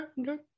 Okay